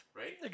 right